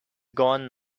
gone